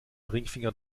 ringfinger